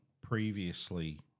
previously